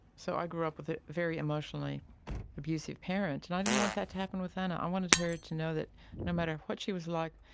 so i grew up with a very emotionally abusive parent and i didn't want that to happen with anna. i wanted her to know that no matter what she was like,